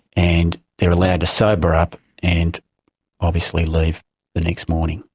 and they are allowed to sober up and obviously leave the next morning.